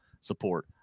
support